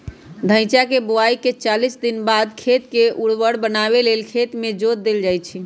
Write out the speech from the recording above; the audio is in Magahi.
धइचा के बोआइके चालीस दिनबाद खेत के उर्वर बनावे लेल खेत में जोत देल जइछइ